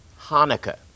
Hanukkah